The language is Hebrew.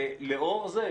ולאור זה,